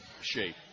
shape